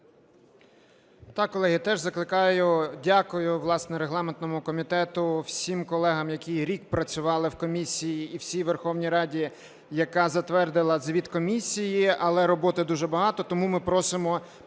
Я.Р. Колеги, теж закликаю... Дякую, власне, регламентному комітету, всім колегам, які рік працювали в комісії, і всій Верховній Раді, яка затвердила звіт комісії, але роботи дуже багато, тому ми просимо підтримати